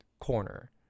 corner